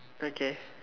okay